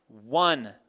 one